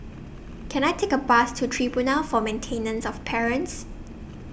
Can I Take A Bus to Tribunal For Maintenance of Parents